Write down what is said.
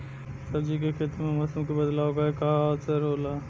सब्जी के खेती में मौसम के बदलाव क का असर होला?